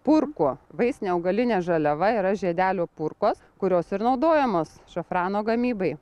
purkų vaistinė augalinė žaliava yra žiedelių purkos kurios naudojamos šafrano gamybai